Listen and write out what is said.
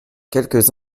quelques